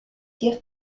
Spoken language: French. dire